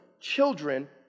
children